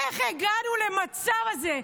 איך הגענו למצב הזה?